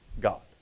God